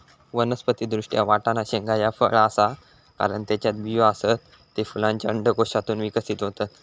वनस्पति दृष्ट्या, वाटाणा शेंगा ह्या फळ आसा, कारण त्येच्यात बियो आसत, ते फुलांच्या अंडाशयातून विकसित होतत